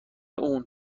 اون